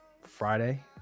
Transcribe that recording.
Friday